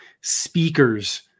speakers